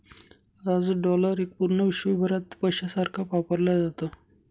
आज डॉलर एक पूर्ण विश्वभरात पैशासारखा वापरला जातो